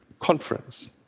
conference